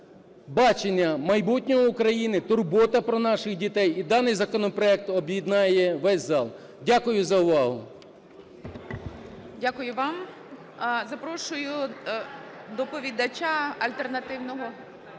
бачення майбутнього України, турбота про наших дітей, і даний законопроект об'єднає весь зал. Дякую за увагу.